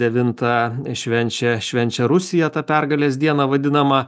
devintą švenčia švenčia rusija tą pergalės dieną vadinamą